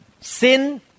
sin